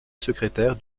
secrétaire